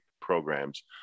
programs